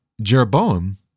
Jeroboam